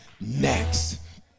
next